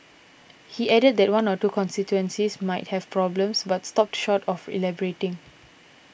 he added that one or two constituencies might have problems but stopped short of elaborating